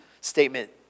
statement